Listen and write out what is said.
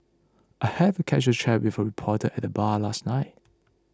I had a casual chat with a reporter at the bar last night